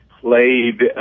played